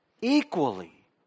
equally